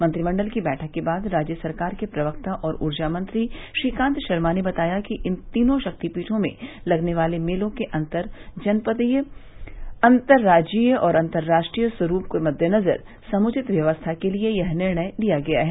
मंत्रिमंडल की बैठक के बाद राज्य सरकार के प्रवक्ता और ऊर्जा मंत्री श्रीकांत शर्मा ने बताया कि इन तीनों शक्तिपीठों में लगने वाले मेलों के अन्तर जनपदीय अतर्राज्यीय और अतर्राष्ट्रीय स्वरूप के मद्देनजर समुचित व्यवस्था के लिए यह निर्णय किया गया है